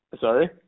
sorry